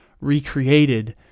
recreated